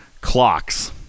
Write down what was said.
clocks